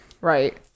right